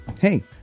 hey